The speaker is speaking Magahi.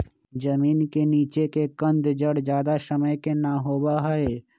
जमीन के नीचे के कंद जड़ ज्यादा समय के ना होबा हई